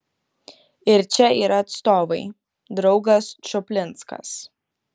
ir čia yra atstovai draugas čuplinskas